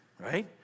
Right